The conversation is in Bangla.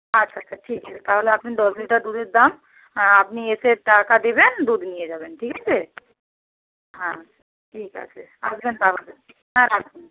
আচ্ছা আচ্ছা ঠিক আছে তাহলে আপনি দশ লিটার দুধের দাম আপনি এসে টাকা দেবেন দুধ নিয়ে যাবেন ঠিক আছে হাঁ ঠিক আছে আসবেন তাহলে হ্যাঁ রাখুন